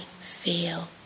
feel